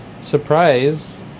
surprise